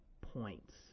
points